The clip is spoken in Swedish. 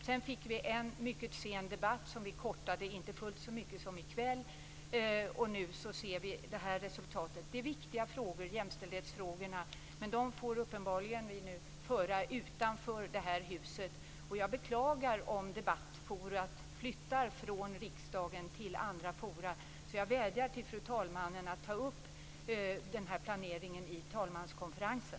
Sedan fick vi en mycket sen debatt som vi kortade ned, dock inte fullt så mycket som vi gör i kväll. Nu ser vi resultatet. Jämställdhetsfrågorna är viktiga frågor men dem får vi uppenbarligen driva utanför det här huset. Jag beklagar om debattforumet flyttar från riksdagen till andra forum. Därför vädjar jag till fru talmannen att ta upp den här planeringen i talmanskonferensen.